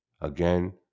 again